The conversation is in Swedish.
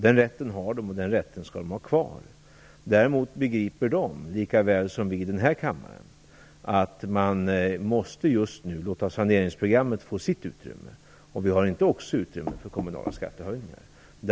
Den rätten har de, och den rätten skall de ha kvar. Däremot begriper de, lika väl som vi i den här kammaren begriper det, att man just nu måste låta saneringsprogrammet få sitt utrymme, men vi har inte utrymme för kommunala skattehöjningar också.